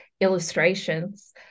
illustrations